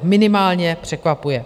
Minimálně překvapuje.